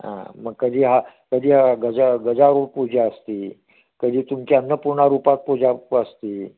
हा मग कधी हा कधी गज गजारूढ पूजा असते कधी तुमच्या अन्नपूर्णा रूपात पूजा असते